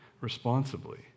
responsibly